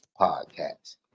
Podcast